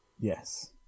Yes